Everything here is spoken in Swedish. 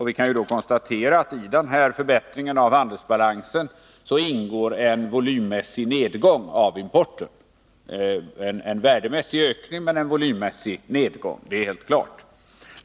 Vi kan då konstatera att det i förbättringen av handelsbalansen ingår en volymmässig nedgång av importen — en värdemässig ökning men en volymmässig nedgång, det är helt klart.